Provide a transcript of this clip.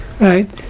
right